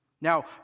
Now